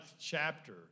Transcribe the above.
chapter